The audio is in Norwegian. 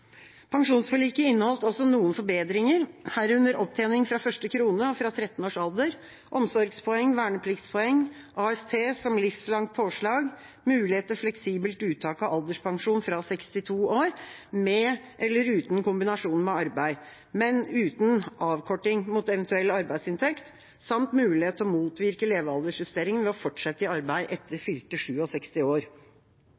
Pensjonsforliket inneholdt også noen forbedringer, herunder opptjening fra første krone og fra 13-årsalder, omsorgspoeng, vernepliktspoeng, AFP som livslangt påslag, mulighet til fleksibelt uttak av alderspensjon fra 62 år, med eller uten kombinasjon med arbeid, men uten avkorting mot eventuell arbeidsinntekt, samt mulighet til å motvirke levealdersjusteringen ved å fortsette i arbeid etter